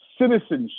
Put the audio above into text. citizenship